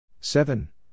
seven